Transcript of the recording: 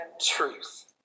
truth